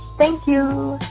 thank you